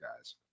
guys